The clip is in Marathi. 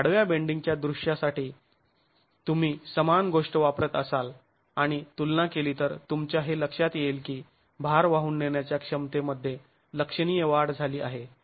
आडव्या बेंडींगच्या दृश्यासाठी तुम्ही समान गोष्ट वापरत असाल आणि तुलना केली तर तुमच्या हे लक्षात येईल की भार वाहून नेण्याच्या क्षमतेमध्ये लक्षणीय वाढ झाली आहे